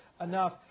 enough